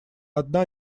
одна